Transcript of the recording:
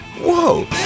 whoa